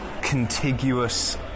contiguous